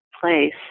place